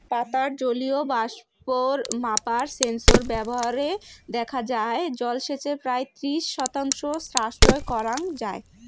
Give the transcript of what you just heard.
পাতার জলীয় বাষ্প মাপার সেন্সর ব্যবহারে দেখা যাই জলসেচের প্রায় ত্রিশ শতাংশ সাশ্রয় করাং যাই